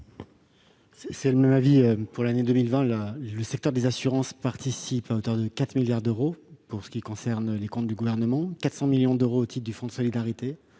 ? Même avis. Pour l'année 2020, le secteur des assurances participe à hauteur de 4 milliards d'euros, selon les comptes du Gouvernement : 400 millions d'euros au titre du fonds de solidarité-